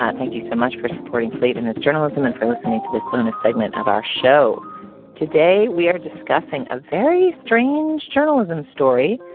um thank you so much for supporting slate in its journalism and for listening to this bonus segment of our show today we are discussing a very strange journalism story.